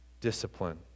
discipline